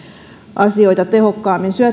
asioita tehokkaammin